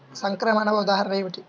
సంక్రమణ ఉదాహరణ ఏమిటి?